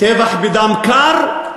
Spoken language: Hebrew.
טבח בדם קר,